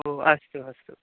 ओ अस्तु अस्तु